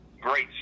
great